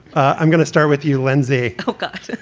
i'm gonna start with you, lindsay ok.